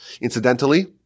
Incidentally